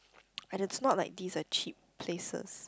and it's not like these are cheap places